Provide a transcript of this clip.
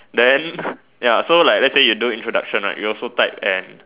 then ya so like lets say you do introduction right you also type and